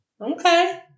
Okay